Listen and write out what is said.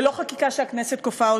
ולא בחקיקה שהכנסת כופה.